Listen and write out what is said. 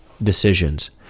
Decisions